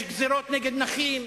יש גזירות נגד נכים,